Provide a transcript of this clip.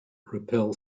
repel